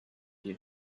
you